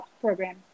program